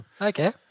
Okay